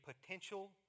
potential